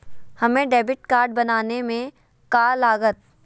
हमें debit card बनाने में का लागत?